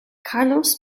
carlos